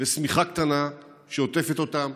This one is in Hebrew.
ושמיכה קטנה שעוטפת אותם.